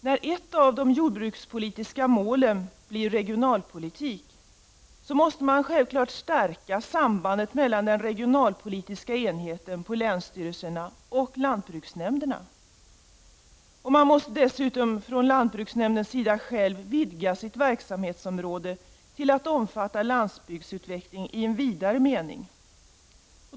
När ett av de jordbrukspolitiska målen blir regionalpolitik, måste man självfallet stärka sambandet mellan den regionalpolitiska enheten på länsstyrelserna och lantbruksnämnderna. Man måste dessutom från lantbruksnämndens sida själv vidga sitt verksamhetsområde till att omfatta landsbygdsutveckling i en vidare mening.